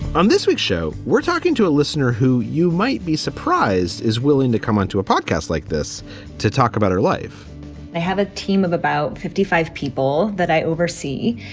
on this week's show. we're talking to a listener who you might be surprised is willing to come on to a podcast like this to talk about her life they have a team of about fifty five people that i oversee.